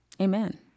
Amen